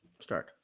Start